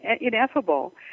ineffable